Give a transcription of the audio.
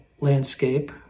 landscape